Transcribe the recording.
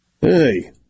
Hey